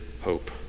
hope